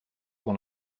pour